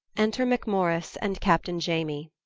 enter makmorrice, and captaine iamy.